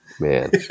Man